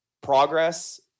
progress